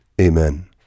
amen